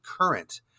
Current